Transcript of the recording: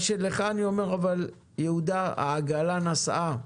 מה שלך אני אומר, יהודה, העגלה נסעה,